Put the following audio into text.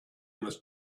must